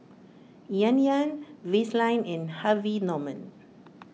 Yan Yan Vaseline and Harvey Norman